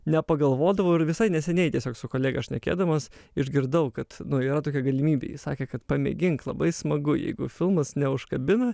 nepagalvodavau ir visai neseniai tiesiog su kolega šnekėdamas išgirdau kad nu yra tokia galimybė jis sakė kad pamėgink labai smagu jeigu filmas neužkabina